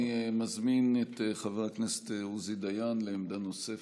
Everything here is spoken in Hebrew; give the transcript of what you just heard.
אני מזמין את חבר הכנסת עוזי דיין לעמדה נוספת.